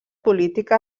política